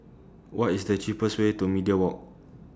What IS The cheapest Way to Media Walk